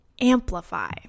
amplify